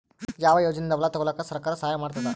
ಯಾವ ಯೋಜನೆಯಿಂದ ಹೊಲ ತೊಗೊಲುಕ ಸರ್ಕಾರ ಸಹಾಯ ಮಾಡತಾದ?